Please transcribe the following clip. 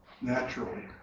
naturally